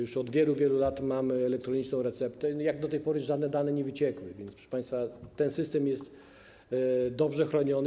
Już od wielu, wielu lat mamy elektroniczną receptę i jak do tej pory żadne dane nie wyciekły, więc, proszę państwa, ten system jest dobrze chroniony.